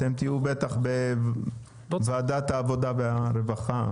אתם תהיו בטח בוועדת העבודה והרווחה.